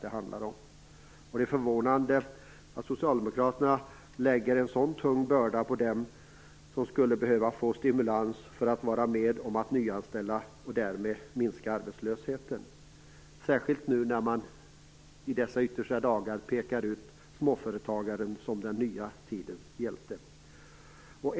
Det är förvånande att Socialdemokraterna lägger på en sådan tung börda på dem som skulle behöva stimulans för att kunna vara med och nyanställa och därmed minska arbetslösheten - särskilt nu när man i dessa yttersta dagar pekar ut småföretagaren som den nya tidens hjälte.